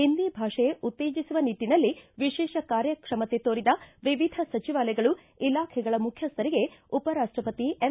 ಹಿಂದಿ ಭಾಷೆ ಉತ್ತೇಜಿಸುವ ನಿಟ್ಟನಲ್ಲಿ ವಿಶೇಷ ಕಾರ್ಯಕ್ಷಮತೆ ತೋರಿದ ವಿವಿಧ ಸಚಿವಾಲಯಗಳು ಇಲಾಖೆಗಳ ಮುಖ್ಯಸ್ಥರಿಗೆ ಉಪರಾಷ್ಟಪತಿ ಎಂ